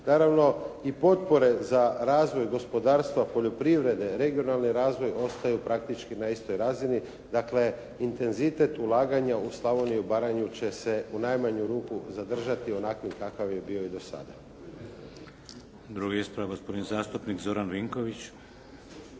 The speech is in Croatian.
Naravno, i potpore za razvoj gospodarstva, poljoprivrede, regionalni razvoj ostaju praktički na istoj razini. Dakle, intenzitet ulaganja u Slavoniju i Baranju će se u najmanju ruku zadržati onakvim kakav je bio i do sada. **Šeks, Vladimir (HDZ)** Drugi ispravak gospodin zastupnik Zoran Vinković.